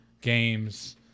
games